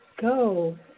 go